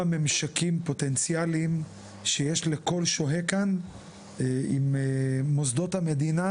ממשקים פוטנציאלים שיש לכל שוהה כאן עם מוסדות המדינה